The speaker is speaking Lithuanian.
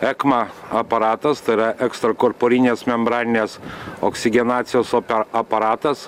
ekma aparatas tai yra ekstrakorporinės membraninės oksigenacijos oper aparatas